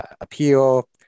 appeal